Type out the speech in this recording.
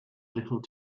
little